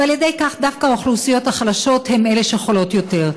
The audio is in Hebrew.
ועל ידי כך דווקא האוכלוסיות החלשות הן אלה שחולות יותר.